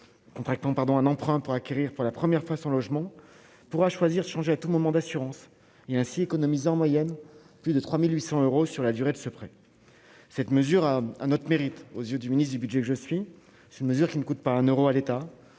pardon, un emprunt pour acquérir, pour la première fois, sans logement pourra choisir de changer à tout moment d'assurance et ainsi en moyenne plus de 3800 euros sur la durée de ce prêt, cette mesure a un autre mérite aux yeux du ministre du Budget, je suis, c'est une mesure qui ne coûte pas un Euro à l'État,